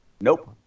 Nope